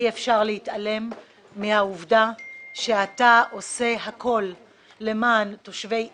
אי אפשר להתעלם מהעובדה שאתה עושה הכול למען תושבי עירך.